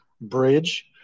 Bridge